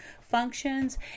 functions